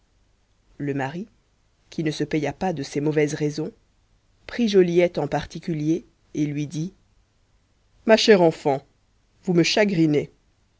le mari qui ne se paya pas de ces mauvaises raisons prit joliette en particulier et lui dit ma chère enfant vous me chagrinez